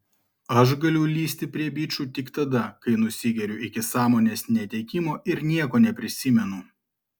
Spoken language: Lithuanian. aš galiu lįsti prie bičų tik tada kai nusigeriu iki sąmonės netekimo ir nieko neprisimenu